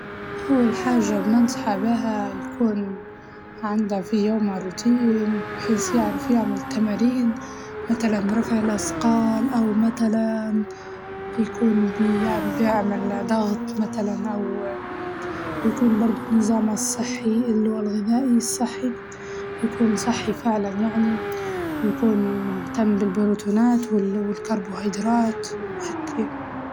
أول حاجة بننصحه بها يكون عنده في يومه روتين بحيس يعرف يعمل تمارين، متلاً رفع الأسقال أو متلاً يكون ب- يعني بعمل ضغط متلاً أو أو يكون برضه نظامه الصحي اللي هو الغذائي صحي، يكون صحي فعلاً يعني ويكون مهتم بالبروتينات والكربوهيدرات وهيكي.